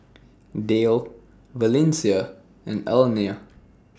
Dayle Valencia and Alena